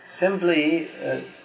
Simply